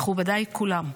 מכובדיי כולם,